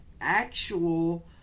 Actual